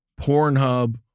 Pornhub